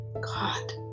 God